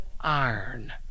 iron